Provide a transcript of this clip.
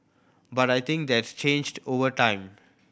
but I think that's changed over time